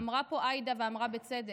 אמרה פה עאידה, ואמרה בצדק: